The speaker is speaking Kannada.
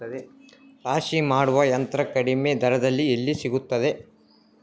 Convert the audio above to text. ರಾಶಿ ಮಾಡುವ ಯಂತ್ರ ಕಡಿಮೆ ದರದಲ್ಲಿ ಎಲ್ಲಿ ಸಿಗುತ್ತದೆ?